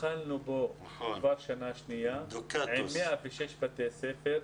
התחלנו בו כבר בשנה השנייה עם 106 בתי ספר,